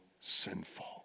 sinful